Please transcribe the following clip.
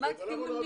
אנחנו גם נעביר.